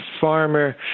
farmer